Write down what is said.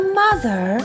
mother